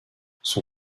son